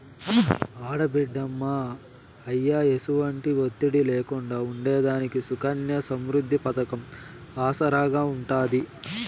ఆడబిడ్డ అమ్మా, అయ్య ఎసుమంటి ఒత్తిడి లేకుండా ఉండేదానికి సుకన్య సమృద్ది పతకం ఆసరాగా ఉంటాది